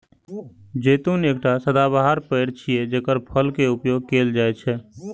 जैतून एकटा सदाबहार पेड़ छियै, जेकर फल के उपयोग कैल जाइ छै